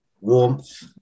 warmth